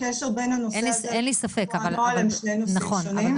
הקשר בין הנושא הזה לבין חיסונים אלו שני נושאים שונים.